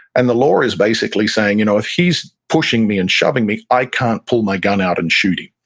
and the law is basically saying, you know if he's pushing me and shoving me, i can't pull my gun out and shoot him.